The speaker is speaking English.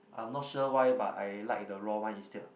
I'm not sure why but I like the raw one instead